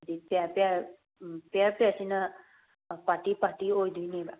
ꯑꯗꯒꯤ ꯄꯤꯌꯔ ꯄꯤꯌꯔ ꯄꯤꯌꯔ ꯄꯤꯌꯔꯁꯤꯅ ꯄꯥꯔꯇꯤ ꯄꯥꯔꯇꯤ ꯑꯣꯏꯒꯗꯣꯏꯅꯦꯕ